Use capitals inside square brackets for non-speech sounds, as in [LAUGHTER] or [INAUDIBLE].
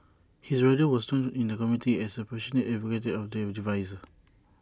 his brother was known in the community as A passionate advocate of the devices [NOISE]